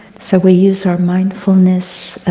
so we use our mindfulness,